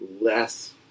less